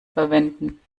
verwenden